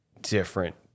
different